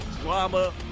drama